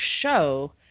show